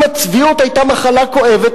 אם הצביעות היתה מחלה כואבת,